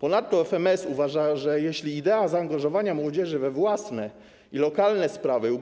Ponadto FMS uważa, że jeśli idea zaangażowania młodzieży we własne i lokalne sprawy